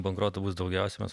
bankrotų bus daugiausiai mes